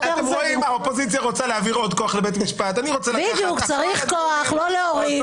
גם לא מדובר בעומס מטורף.